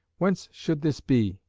whence should this be?